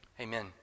Amen